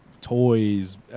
toys